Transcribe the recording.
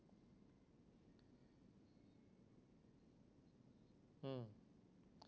mm